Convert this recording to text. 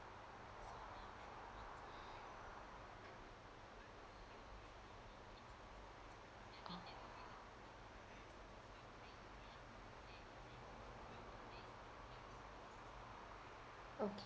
okay